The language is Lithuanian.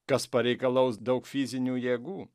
kas pareikalaus daug fizinių jėgų